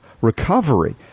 recovery